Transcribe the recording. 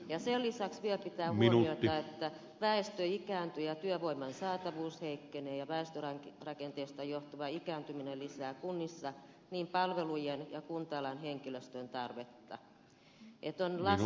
sen lisäksi vielä pitää huomioida että väestö ikääntyy ja työvoiman saatavuus heikkenee ja väestörakenteesta johtuva ikääntyminen lisää kunnissa niin palvelujen kuin kunta alan henkilöstön tarvetta